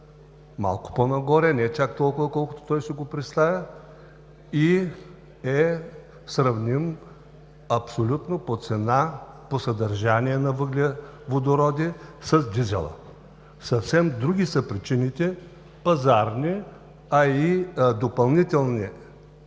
малко по-нагоре, не чак толкова, колкото той си го представя и е сравним абсолютно по цена, по съдържание на водороди с дизела. Съвсем други са причините – пазарни, а и допълнителни